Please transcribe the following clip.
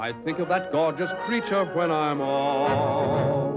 i think about god just reach up when i'm all